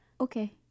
Okay